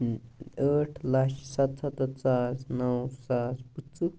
ٲٹھ لَچھ سَتسَتَتھ ساس نَو ساس پٕنٛژٕ